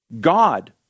God